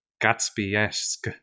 Gatsby-esque